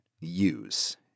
use